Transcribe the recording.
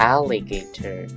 Alligator